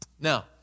Now